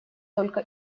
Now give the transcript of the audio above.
только